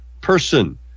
person